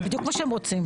זה בדיוק מה שהם רוצים.